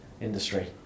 industry